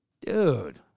Dude